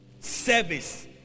service